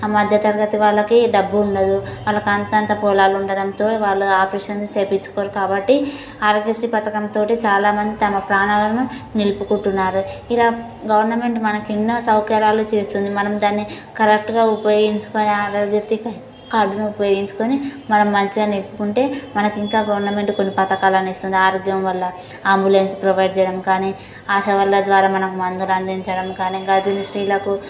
మధ్యతరగతి వాళ్ళకి డబ్బు ఉండదు వాళ్ళకు అంతంత పొలాలు ఉండటంతో వాళ్ళు ఆపరేషన్ చేపించుకోరు కాబట్టీ ఆరోగ్యశ్రీ పథకం తోటి చాలా మంది తమ ప్రాణాలను నిలుపుకుంటున్నారు ఇలా గవర్నమెంట్ మనకి ఎన్నో సౌకర్యాలు చేస్తుంది మనం దాన్ని కరెక్ట్గా ఉపయోగించుకోని ఆరోగ్యశ్రీ కార్డును ఉపయోగించుకోని మనం మంచిగా నేర్పుకుంటే మనం ఇంకా గవర్నమెంట్ కొన్ని పథకాలు ఇస్తుంది మన ఆరోగ్యం వల్ల అంబులెన్స్ ప్రొవైడ్ చేయడం కానీ ఆశా వర్కర్ల ద్వారా మనకు మందులు అందించడం కానీ గర్భిణీ స్త్రీలకు